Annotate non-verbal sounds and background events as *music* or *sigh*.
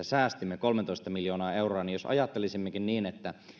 *unintelligible* säästimme kolmetoista miljoonaa euroa niin